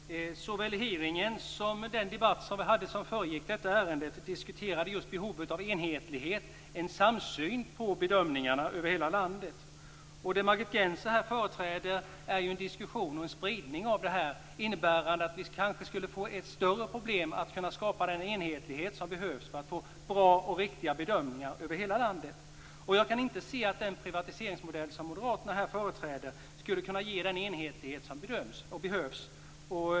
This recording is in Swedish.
Fru talman! Såväl hearingen som den debatt som föregick detta ärende handlade just om behovet av enhetlighet och samsyn på bedömningarna över hela landet. Det Margit Gennser här företräder är en spridning av detta, innebärande att vi kanske skulle få ett större problem att skapa den enhetlighet som behövs för att få bra och riktiga bedömningar över hela landet. Jag kan inte se att den privatiseringsmodell som moderaterna här företräder skulle kunna ge den enhetlighet som behövs.